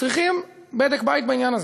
צריכים בדק בית בעניין הזה.